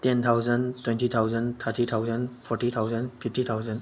ten thousand twenty thousand thirty thousand forty thousand fifty thousand